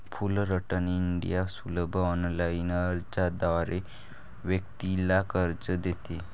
Fullerton India सुलभ online अर्जाद्वारे व्यक्तीला कर्ज देते